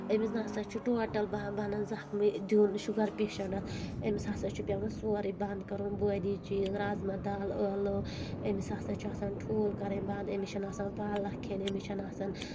أمِس نسا چھُ ٹوٹل بَنان زخمٕے دیُن شُگر پیشَنٹَس أمِس ہسا چھُ پؠوَان سورُے بنٛد کَرُن بٲدی چیٖز رازما دال ٲلٕو أمِس ہسا چھُ آسان ٹھوٗل کَرٕنۍ بنٛد أمِس چھَ نہٕ آسان پالَکھ کھؠنۍ أمِس چھَ نہٕ آسان